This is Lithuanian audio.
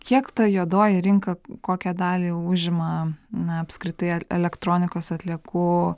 kiek ta juodoji rinka kokią dalį užima na apskritai ar elektronikos atliekų